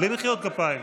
בלי מחיאות כפיים.